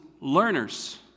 learners